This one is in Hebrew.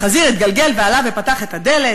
החזיר התגלגל ועלה ופתח את הדלת.